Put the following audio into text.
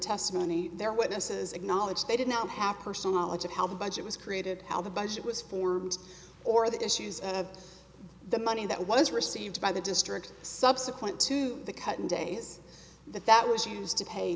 testimony their witnesses acknowledge they did not happen or so knowledge of how the budget was created how the budget was formed or the issues and the money that was received by the district subsequent to the cut in days that that was used to pay